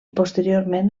posteriorment